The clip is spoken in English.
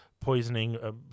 poisoning